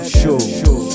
show